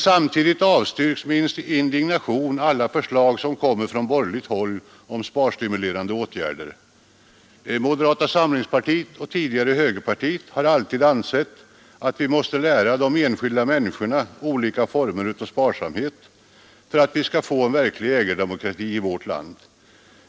Samtidigt avstyrks med indignation alla förslag om sparstimulerande åtgärder som kommer från borgerligt håll. Moderata samlingspartiet — och tidigare högerpartiet — har alltid ansett att vi måste lära de enskilda människorna olika former av sparsamhet för att vi skall få en verklig ägardemokrati i vårt land.